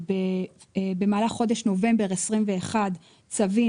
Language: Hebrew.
במהלך חודש נובמבר 2021 פורסמו צווים,